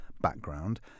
background